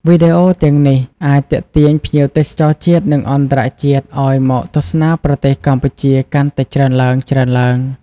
វីដេអូទាំងនេះអាចទាក់ទាញភ្ញៀវទេសចរជាតិ និងអន្តរជាតិឱ្យមកទស្សនាប្រទេសកម្ពុជាកាន់តែច្រើនឡើងៗ។